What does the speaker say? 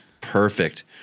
Perfect